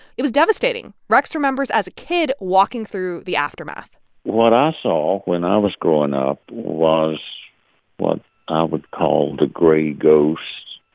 it was devastating. rex remembers, as a kid, walking through the aftermath what i saw when i was growing up was what i would call the gray ghost.